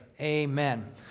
Amen